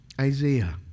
Isaiah